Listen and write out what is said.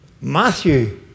Matthew